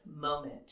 moment